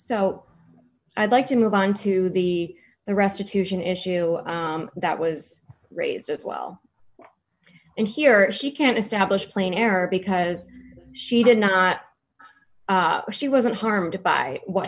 so i'd like to move on to the the restitution issue that was raised as well and here if she can establish plain error because she did not she wasn't harmed by what